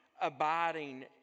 Abiding